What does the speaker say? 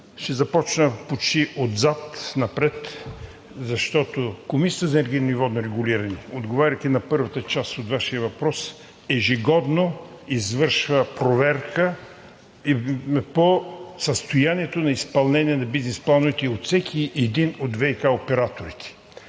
Ще започна почти отзад напред, защото Комисията за енергийно и водно регулиране, отговаряйки на първата част от Вашия въпрос, ежегодно извършва проверка по състоянието на изпълнение на бизнес плановете от всеки един от ВиК операторите.